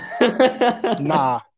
Nah